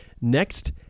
next